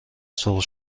سرخ